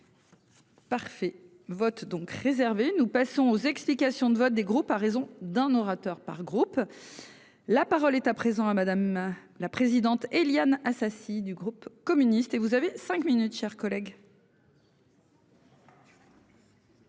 Parfait vote donc réservés. Nous passons aux explications de vote, des groupes à raison d'un orateur par groupe. La parole est à présent à madame la présidente, Éliane Assassi, du groupe communiste et vous avez 5 minutes, chers collègues.